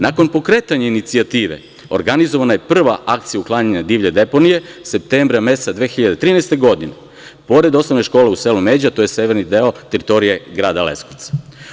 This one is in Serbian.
Nakon pokretanja inicijative, organizovana je prva akcija otklanjanja divlje deponije septembra meseca 2013. godine pored Osnovne škole u selu Međa, to je severni deo teritorije grada Leskovca.